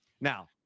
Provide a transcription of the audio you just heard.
now